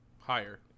Higher